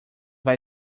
vai